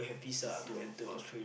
visa too